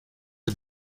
are